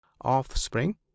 offspring